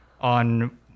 on